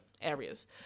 areas